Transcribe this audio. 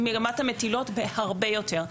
מרמת המטילות בהרבה יותר.